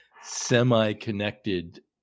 semi-connected